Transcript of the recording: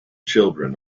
children